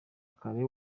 kale